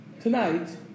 tonight